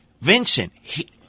Vincent